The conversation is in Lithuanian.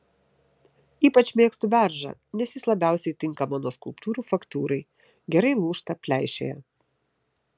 ypač mėgstu beržą nes jis labiausiai tinka mano skulptūrų faktūrai gerai lūžta pleišėja